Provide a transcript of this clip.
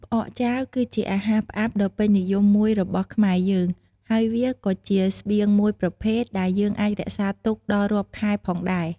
ផ្អកចាវគឺជាអាហារផ្អាប់ដ៏ពេញនិយមមួយរបស់ខ្មែរយើង ហើយវាក៏ជាស្បៀងមួយប្រភេទដែលយើងអាចរក្សាទុកដល់រាប់ខែផងដែរ។